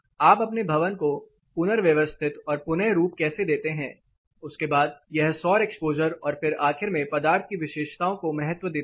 आप अपने भवन को पुनर्व्यवस्थित और पुनरूप कैसे देते हैं उसके बाद यह सौर एक्स्पोज़र और फिर आखिर में पदार्थ की विशेषताओं को महत्व देता है